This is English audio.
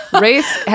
Race